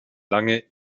lange